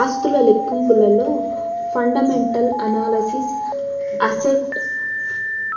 ఆస్తుల లెక్కింపులో fundamental analysis, asset